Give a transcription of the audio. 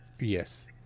Yes